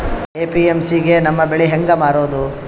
APMC ಗೆ ನಮ್ಮ ಬೆಳಿ ಹೆಂಗ ಮಾರೊದ?